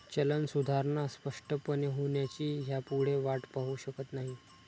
चलन सुधारणा स्पष्टपणे होण्याची ह्यापुढे वाट पाहु शकत नाही